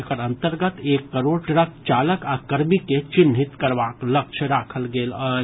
एकर अंतर्गत एक करोड़ ट्रक चालक आ कर्मी के चिन्हित करबाक लक्ष्य राखल गेल अछि